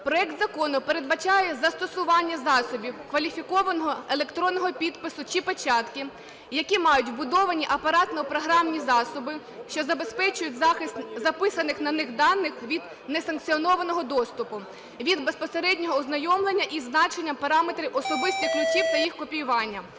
проект закону передбачає застосування засобів кваліфікованого електронного підпису чи печатки, які мають вбудовані апаратно-програмні засоби, що забезпечують захист записаних на них даних від несанкціонованого доступу, від безпосереднього ознайомлення із значенням параметрів особистих ключів та їх копіювання.